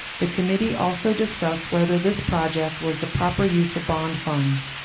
the committee also discussed whether this project was the proper use of bond funds.